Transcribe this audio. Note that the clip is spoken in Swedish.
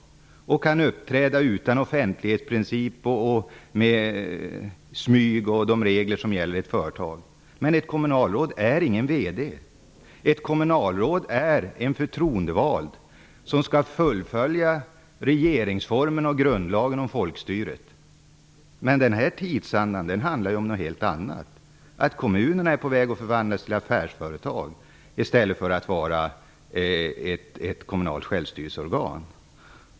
De tror att de kan uppträda och smyga utan att ta hänsyn till offentlighetsprincipen och agera enligt de regler som gäller i ett företag. Men ett kommunalråd är ingen vd. Ett kommunalråd är en förtroendevald person som skall fullfölja regeringsformens och grundlagarnas bestämmelser om folkstyret. Den här tidsandan gäller något helt annat. Kommunerna är på väg att förvandlas till affärsföretag i stället för att vara kommunala självstyrelseorgan.